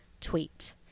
tweet